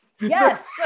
yes